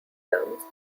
terms